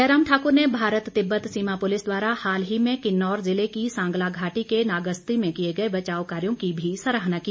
जयराम ठाकुर ने भारत तिब्बत सीमा पुलिस द्वारा हाल ही में किन्नौर जिले की सांगला घाटी के नागस्ती में किए गए बचाव कार्यों की भी सराहना की